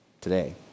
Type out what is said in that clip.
today